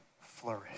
flourish